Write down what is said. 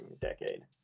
decade